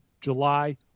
July